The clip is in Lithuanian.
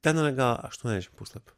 ten yra gal aštuoniasdešim puslapių